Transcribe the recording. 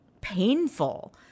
painful